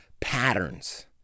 patterns